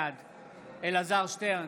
בעד אלעזר שטרן,